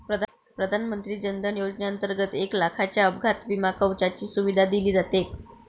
प्रधानमंत्री जन धन योजनेंतर्गत एक लाखाच्या अपघात विमा कवचाची सुविधा दिली जाते